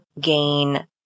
gain